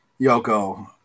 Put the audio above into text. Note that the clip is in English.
Yoko